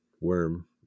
worm